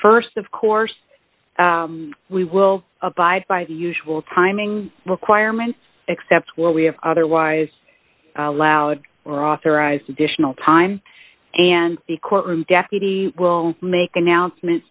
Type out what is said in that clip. st of course we will abide by the usual timing requirements except where we have otherwise allowed or authorized additional time and the courtroom deputy will make announcements